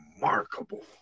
remarkable